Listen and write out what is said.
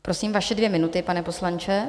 Prosím, vaše dvě minuty, pane poslanče.